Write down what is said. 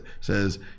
says